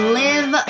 live